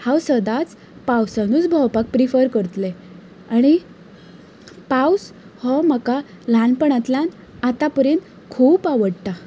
हांव सदांच पावसानच भोंवपाक प्रिफर करतलें आनी पावस हो म्हाका ल्हानपणांतल्यान आतां परेंत खूब आवडटा